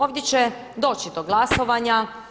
Ovdje će doći do glasovanja.